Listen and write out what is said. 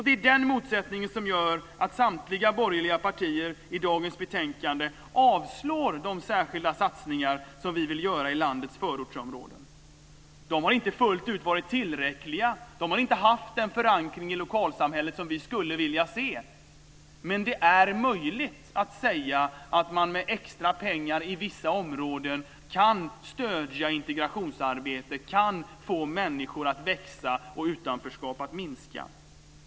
Det är den motsättningen som gör att samtliga borgerliga partier i dagens betänkande avstyrker de särskilda satsningar som vi vill göra i landets förortsområden. De har inte fullt ut varit tillräckliga. De har inte haft den förankring i lokalsamhället som vi skulle vilja se. Men det är möjligt att säga att man med extra pengar i vissa områden kan stödja integrationsarbete, kan få människor att växa och utanförskap att minska.